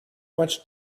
much